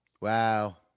wow